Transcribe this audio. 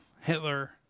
Hitler